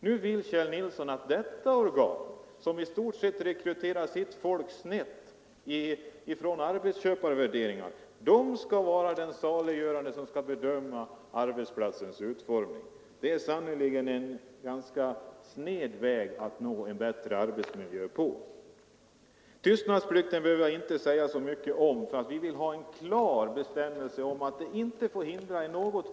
Nu vill Kjell Nilsson att vad som sägs av detta organ, som i stort sett rekryterar sitt folk snävt och efter arbetsköparvärderingar, skall vara det enda saliggörande när det gäller att bedöma arbetsplatsens utformning. Det är sannerligen en dålig väg att gå när man vill åstadkomma en bättre arbetsmiljö. Tystnadsplikten behöver jag inte säga så mycket om. Vi vill ha en klar bestämmelse om att detta inte i något fall förhindrar skyddsarbetet.